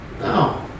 No